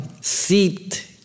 seeped